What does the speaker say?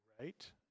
right